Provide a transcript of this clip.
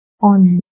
on